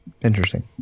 Interesting